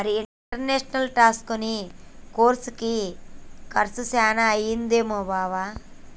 మరి ఇంటర్నేషనల్ టాక్సెసను కోర్సుకి కర్సు సాన అయితదేమో బావా